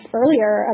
earlier